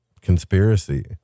conspiracy